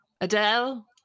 Adele